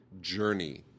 journey